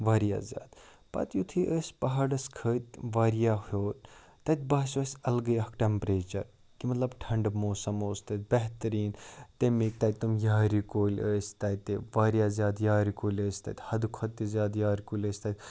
واریاہ زیادٕ پَتہٕ یُتھُے أسۍ پہاڑَس کھٔتۍ واریاہ ہیوٚر تَتہِ باسیو اَسہِ اَلگٕے اَکھ ٹٮ۪مپریچَر کہِ مطلب ٹھنٛڈٕ موسَم اوس تَتہِ بہتریٖن تَمِکۍ تَتہِ تِم یارِ کُلۍ ٲسۍ تَتہِ واریاہ زیادٕ یارِ کُلۍ ٲسۍ تَتہِ حدٕ کھۄتہٕ تہِ زیادٕ یارِ کُلۍ ٲسۍ تَتہِ